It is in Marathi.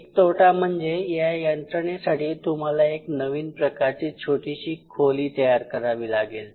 एक तोटा म्हणजे या यंत्रणेसाठी तुम्हाला एक नवीन प्रकारची छोटीशी खोली तयार करावी लागेल